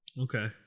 Okay